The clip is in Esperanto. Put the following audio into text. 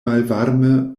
malvarme